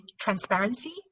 transparency